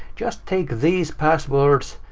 just take these passwords,